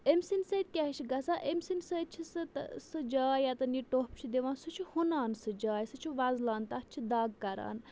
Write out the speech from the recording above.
أمۍ سٕنٛدۍ سۭتۍ کیٛاہ چھِ گَژھان أمۍ سٕنٛدۍ سۭتۍ چھِ سُہ تہ سُہ جاے یَتٮ۪ن یہِ ٹوٚپھ چھُ دِوان سُہ چھُ ہُنان سُہ جاے سُہ چھُ وۄزلان تَتھ چھِ دَگ کَران